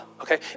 okay